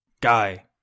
guy